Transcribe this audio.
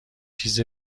چیز